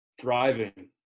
thriving